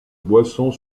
boisson